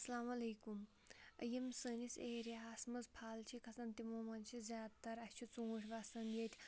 اَسَلامُ علیکُم یِم سٲنِس ایریاہَس منٛز پھَل چھِ کھَسان تِمو منٛز چھِ زیادٕ تَر اَسہِ چھِ ژوٗنٛٹھۍ وَسان ییٚتہِ